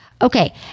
Okay